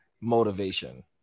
motivation